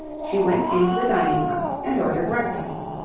she went into the dining-room and ordered breakfast.